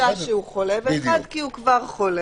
אחד כי יש חשש שהוא חולה, ואחד כי הוא כבר חולה.